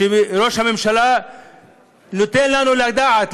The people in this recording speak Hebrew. וראש הממשלה נותן לנו לדעת,